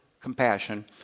compassion